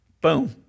Boom